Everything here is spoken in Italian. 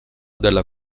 della